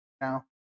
now